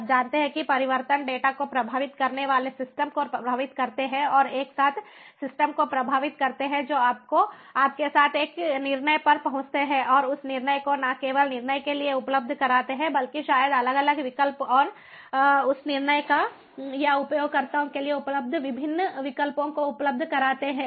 आप जानते हैं कि परिवर्तन डेटा को प्रभावित करने वाले सिस्टम को प्रभावित करते हैं और एक साथ सिस्टम को प्रभावित करते हैं जो आपके साथ एक निर्णय पर पहुंचते हैं और उस निर्णय को न केवल निर्णय के लिए उपलब्ध कराते हैं बल्कि शायद अलग अलग विकल्प और उस निर्णय या उपयोगकर्ताओं के लिए उपलब्ध विभिन्न विकल्पों को उपलब्ध कराते हैं